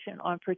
on